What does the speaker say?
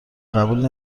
قبول